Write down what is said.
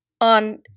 On